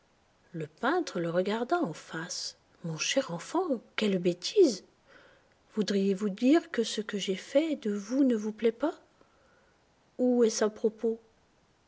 le peintre le regarda en face mon cher enfant quelle bêtise voudriez-vous dire que ce que j'ai fait de vous ne vous plaît pas où est-ce à propos